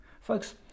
Folks